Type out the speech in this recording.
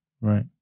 Right